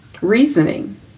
reasoning